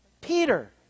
Peter